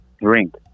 drink